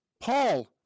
Paul